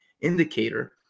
indicator